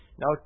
Now